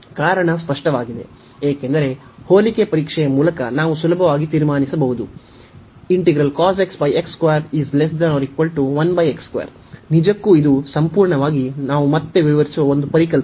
ಕಾರಣ ಸ್ಪಷ್ಟವಾಗಿದೆ ಏಕೆಂದರೆ ಹೋಲಿಕೆ ಪರೀಕ್ಷೆಯ ಮೂಲಕ ನಾವು ಸುಲಭವಾಗಿ ತೀರ್ಮಾನಿಸಬಹುದು ನಿಜಕ್ಕೂ ಇದು ಸಂಪೂರ್ಣವಾಗಿ ನಾವು ಮತ್ತೆ ವಿವರಿಸುವ ಒಂದು ಪರಿಕಲ್ಪನೆ